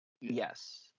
Yes